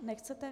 Nechcete?